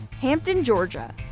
hampton, georgia.